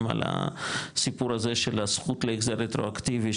על הסיפור הזה של הזכות להחזר רטרואקטיבי,